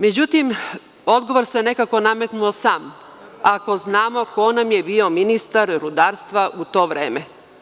Međutim, odgovor se nekako nametnuo sam ako znamo ko nam je bio ministar rudarstva u to vreme.